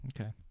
Okay